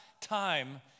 time